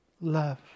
Love